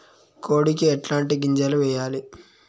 కోడికి ఎట్లాంటి గింజలు వేయాలి?